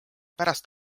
pärast